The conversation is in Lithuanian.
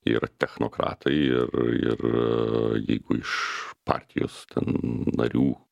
jie yra technokratai ir ir jeigu iš partijos ten narių